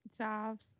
jobs